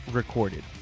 recorded